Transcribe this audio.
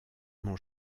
mon